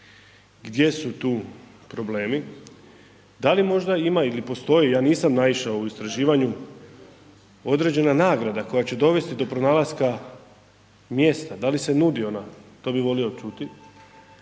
gdje su tu problemi, da li možda ima ili postoji, ja nisam naišao u istraživanju određena nagrada koja će dovesti do pronalaska mjesta, da li se nudi ona, to bi volio čuti,